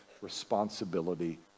responsibility